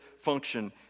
function